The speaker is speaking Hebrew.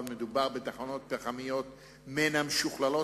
אבל מדובר בתחנות פחמיות מן המשוכללות,